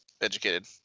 educated